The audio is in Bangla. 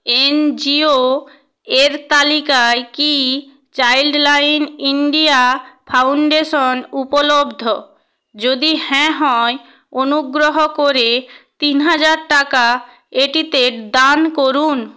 এনজিও এর তালিকায় কি চাইল্ডলাইন ইণ্ডিয়া ফাউণ্ডেশন উপলব্ধ যদি হ্যাঁ হয় অনুগ্রহ করে তিন হাজার টাকা এটিতে দান করুন